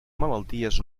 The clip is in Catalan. malalties